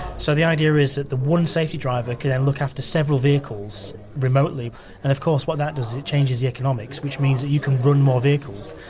so, the idea is that the one safety driver could then look after several vehicles remotely and of course what that does is it changes the economics which means that you can run more vehicles.